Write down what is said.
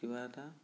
কিবা এটা